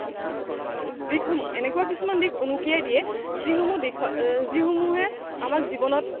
এনেকুৱা কিছুমান দিশ উনুকিয়াই দিয়ে যিসমূহ যি সমূহে আমাক জীৱনত